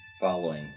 following